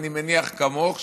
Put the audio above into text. אני מניח שכמוך,